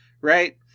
right